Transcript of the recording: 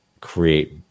create